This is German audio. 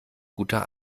guter